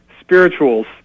spirituals